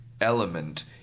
element